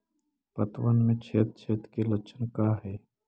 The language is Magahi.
पतबन में छेद छेद के लक्षण का हइ?